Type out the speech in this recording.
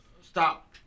stop